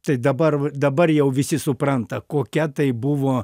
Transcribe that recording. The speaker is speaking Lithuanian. tai dabar dabar jau visi supranta kokia tai buvo